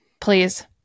Please